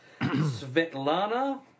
Svetlana